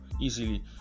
easily